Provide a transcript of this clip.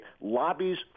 lobbies